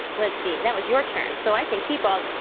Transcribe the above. let's see. that was your turn, so i can keep all.